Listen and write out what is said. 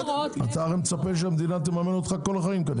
אתה מצפה שכל המדינה תממן אותך כל החיים כנראה.